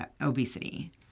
obesity